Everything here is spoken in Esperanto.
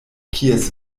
kies